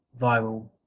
viral